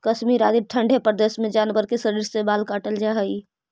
कश्मीर आदि ठण्ढे प्रदेश के जानवर के शरीर से बाल काटल जाऽ हइ